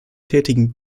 tätigen